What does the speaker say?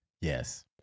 yes